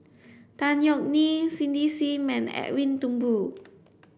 Tan Yeok Nee Cindy Sim and Edwin Thumboo